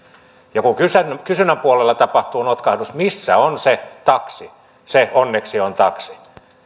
kun kysynnän puolella tapahtuu notkahdus missä on se taksi se onneksi on taksi